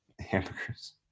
Hamburgers